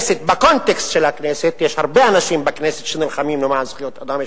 בקונטקסט של הכנסת יש הרבה אנשים בכנסת שנלחמים למען זכויות אדם,